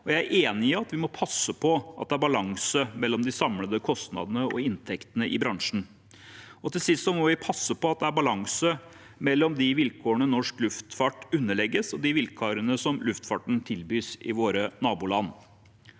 jeg er enig i at vi må passe på at det er balanse mellom de samlede kostnadene og inntektene i bransjen. Til sist må vi passe på at det er balanse mellom de vilkårene norsk luftfart underlegges, og de vilkårene luftfarten tilbys i våre naboland.